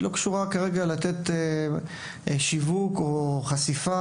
היא לא קשורה לנתינת שיווק או חשיפה,